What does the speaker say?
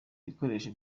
ibikoresho